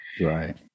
Right